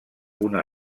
una